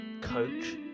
coach